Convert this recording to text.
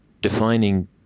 defining